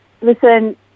listen